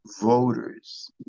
voters